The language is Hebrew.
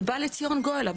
ובא לציון גואל.